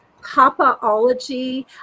papaology